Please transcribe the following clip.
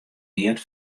neat